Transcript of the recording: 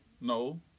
No